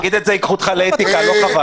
תגיד את זה ויקחו אותך לאתיקה, חבל.